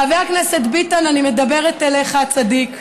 חבר הכנסת ביטן, אני מדברת אליך, צדיק.